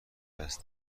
دست